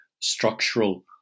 structural